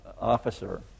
officer